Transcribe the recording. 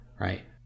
Right